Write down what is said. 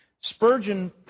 Spurgeon